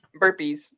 burpees